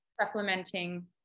supplementing